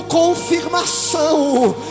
confirmação